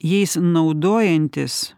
jais naudojantis